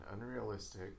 unrealistic